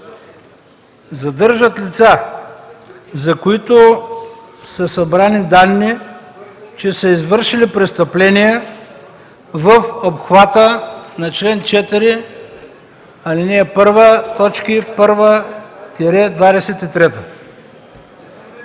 „задържат лица, за които са събрани данни, че са извършили престъпления в обхвата на чл. 4, ал. 1, точки 1-23?”